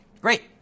Great